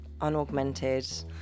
unaugmented